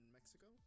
Mexico